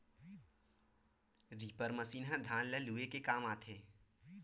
reaper machine ह धान ल लूए के काम आथे